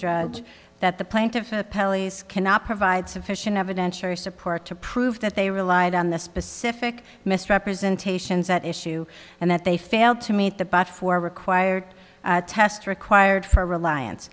judge that the plaintiffs pelleas cannot provide sufficient evidence or support to prove that they relied on the specific misrepresentations at issue and that they failed to meet the but for required test required for reliance